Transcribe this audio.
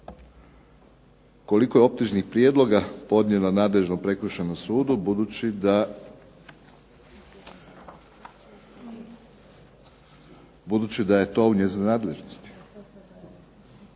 koliko je optužnih prijedloga podnijelo nadležnom prekršajnom sudu budući da je to u njezinoj nadležnosti,